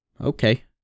okay